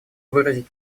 выразить